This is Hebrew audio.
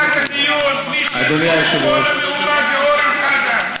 זה אורן חזן.